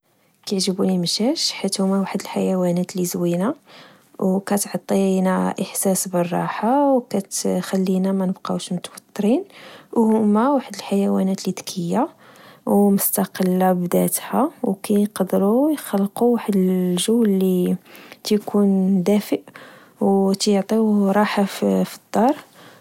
كعجبوني المشاش حيت هما واحد الحيوانات اللي زوينا، وكتعطينا إحساس بالراحة وكتخلينا منبقاوش متوترين، وهما واحد الحيوانات اللي دكيا ومستقلة بداتها، وكيقدروا يخلقوا واحد الجو الي تكون دافء، وتعطيو راحة في الدار